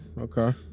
okay